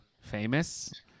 famous